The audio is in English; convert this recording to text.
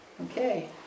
Okay